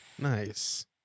Nice